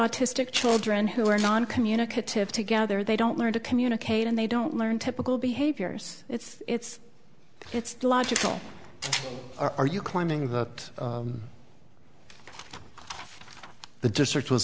autistic children who are non communicative together they don't learn to communicate and they don't learn typical behaviors it's it's illogical are you claiming that the dysart was